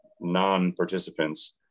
non-participants